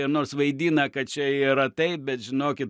ir nors vaidina kad čia yra taip bet žinokit